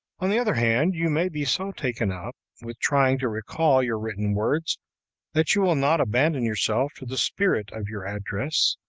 on the other hand, you may be so taken up with trying to recall your written words that you will not abandon yourself to the spirit of your address,